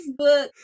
Facebook